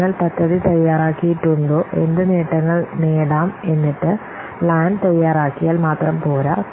നിങ്ങൾ പദ്ധതി തയ്യാറാക്കിയിട്ടുണ്ടോ എന്ത് നേട്ടങ്ങൾ നേടാം എന്നിട്ട് പ്ലാൻ തയ്യാറാക്കിയാൽ മാത്രം പോരാ